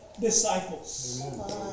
disciples